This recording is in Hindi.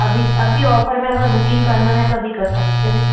अभी अभी ऑफ़र में अगर बुकिन्ग करना है तो अभी कर सकते हो